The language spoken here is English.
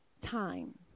time